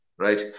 right